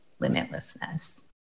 limitlessness